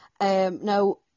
now